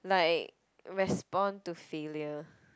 like respond to failure